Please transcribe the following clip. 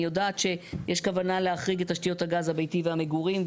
אני יודעת שיש כוונה להחריג את תשתיות הגז הביצי והמגורים,